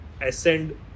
ascend